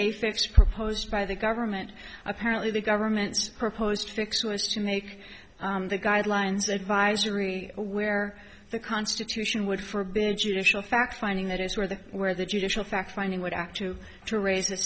a fix proposed by the government apparently the government's proposed fix was to make the guidelines advisory where the constitution would forbid judicial fact finding that is where the where the judicial fact finding would act to to raise the